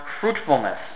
fruitfulness